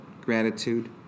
gratitude